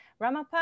ramapa